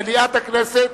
מליאת הכנסת,